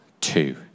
Two